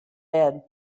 bed